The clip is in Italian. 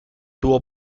tuo